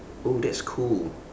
oh that's cool